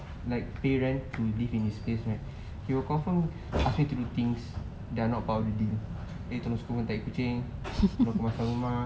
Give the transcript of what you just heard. like pay rent to live in his place right he will confirm ask me to do things that are not about abiding dik tolong kemas kan tahi kucing tolong kemaskan rumah